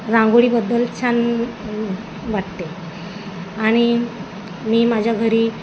रांगोळीबद्दल छान वाटते आणि मी माझ्या घरी